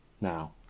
now